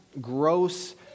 gross